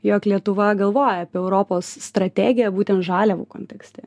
jog lietuva galvoja apie europos strategiją būtent žaliavų kontekste